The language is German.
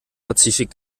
pazifik